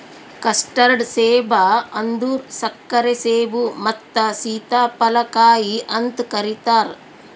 custard ಸೇಬ ಅಂದುರ್ ಸಕ್ಕರೆ ಸೇಬು ಮತ್ತ ಸೀತಾಫಲ ಕಾಯಿ ಅಂತ್ ಕರಿತಾರ್